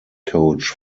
coach